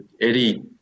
Eddie